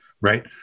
Right